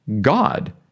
God